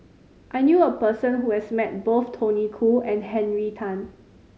I knew a person who has met both Tony Khoo and Henry Tan